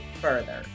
further